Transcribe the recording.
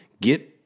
get